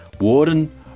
Warden